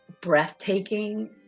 breathtaking